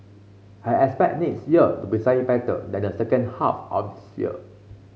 I expect next year to be slightly better than the second half of this year